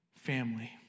family